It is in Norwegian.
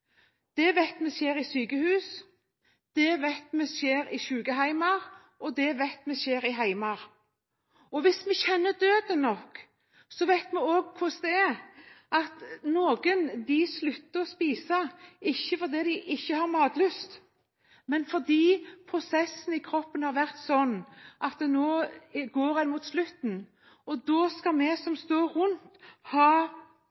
vet vi skjer i sykehus, dette vet vi skjer i sykehjem, og dette vet vi skjer i hjem. Hvis vi kjenner døden godt nok, vet vi også at noen slutter å spise, ikke fordi de ikke har matlyst, men fordi prosessen i kroppen er slik at det går mot slutten. Da skal vi som står rundt, ha